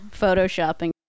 Photoshopping